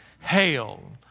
hail